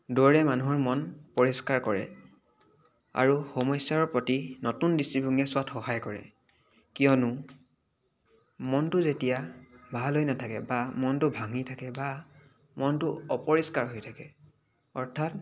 দৌৰে মানুহৰ মন পৰিষ্কাৰ কৰে আৰু সমস্যাৰ প্ৰতি নতুন দৃষ্টিভংগীৰে চোৱাত সহায় কৰে কিয়নো মনটো যেতিয়া ভাল হৈ নাথাকে বা মনটো ভাঙি থাকে বা মনটো অপৰিস্কাৰ হৈ থাকে অৰ্থাৎ